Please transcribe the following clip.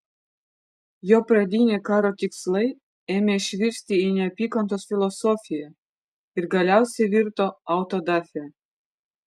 jo pradiniai karo tikslai ėmė išvirsti į neapykantos filosofiją ir galiausiai virto autodafė